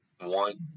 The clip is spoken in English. one